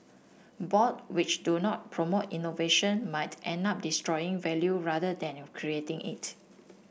board which do not promote innovation might end up destroying value rather than creating it